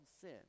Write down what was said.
sin